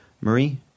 Marie